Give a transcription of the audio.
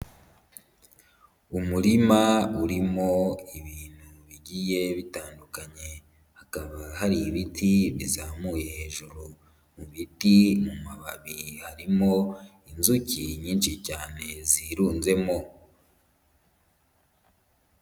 Umurima urimo ibintu bigiye bitandukanye. Hakaba hari ibiti bizamuye hejuru mu biti, mu mababi harimo inzuki nyinshi cyane zirunzemo.